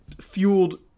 fueled